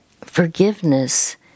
forgiveness